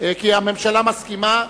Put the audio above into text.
כי הממשלה מסכימה.